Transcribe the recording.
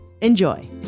Enjoy